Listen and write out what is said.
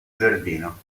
giardino